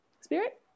spirit